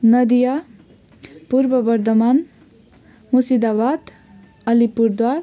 Nadia Purba Bardhaman Murshidabad Alipurduar